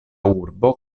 urbo